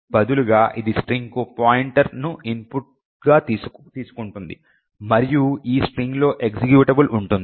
బదులుగా ఇది స్ట్రింగ్కు పాయింటర్ను ఇన్పుట్గా తీసుకుంటుంది మరియు ఈ స్ట్రింగ్లో ఎక్జిక్యూటబుల్ ఉంటుంది